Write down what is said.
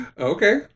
Okay